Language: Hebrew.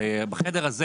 בחדר הזה